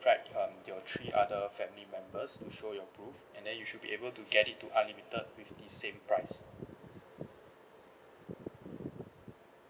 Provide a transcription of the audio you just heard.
write um your three other family members to show your proof and then you should be able to get it to unlimited with the same price